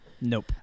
Nope